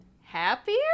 happier